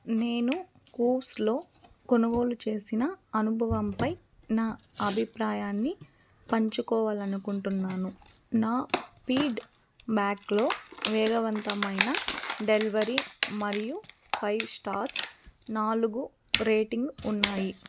నేను కూవ్స్లో కొనుగోలు చేసిన అనుభవంపై నా అభిప్రాయాన్ని పంచుకోవాలనుకుంటున్నాను నా ఫీడ్బ్యాక్లో వేగవంతమైన డెలివరీ మరియు ఫైవ్ స్టార్స్ నాలుగు రేటింగ్ ఉన్నాయి